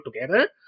together